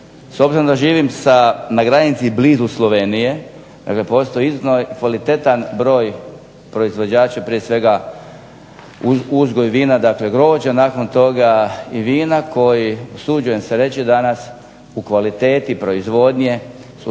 S obzirom da živim sa na granici blizu Slovenije, dakle postoji …/Govornik se ne razumije./… kvalitetan broj proizvođača, prije svega uzgoj vina, dakle grožđa, nakon toga i vina koji usuđujem se reći danas u kvaliteti proizvodnje su